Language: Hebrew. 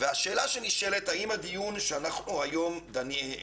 השאלה שנשאלת היא האם הנושא שאנחנו עוסקים